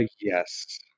yes